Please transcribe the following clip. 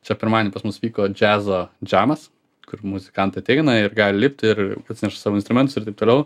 čia pirmadienį pas mus vyko džiazo džiamas kur muzikantai ateina ir gali lipti ir atsineša savo instrumentus ir taip toliau